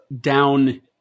down